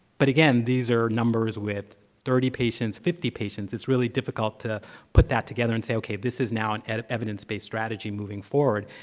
but, again, these are numbers with thirty patients, fifty patients, it's really difficult to put that together and say, okay, this is now and an evidence-based strategy moving forward.